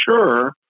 sure